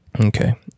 Okay